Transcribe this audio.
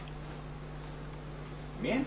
בבקשה.